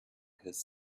his